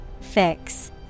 Fix